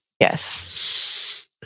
Yes